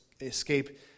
escape